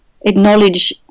acknowledge